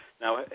Now